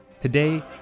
Today